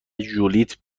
ژولیت